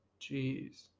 Jeez